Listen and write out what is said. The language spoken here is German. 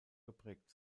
geprägt